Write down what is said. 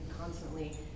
constantly